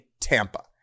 Tampa